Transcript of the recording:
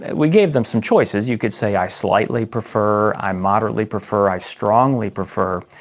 we gave them some choices. you could say i slightly prefer, i moderately prefer, i strongly prefer.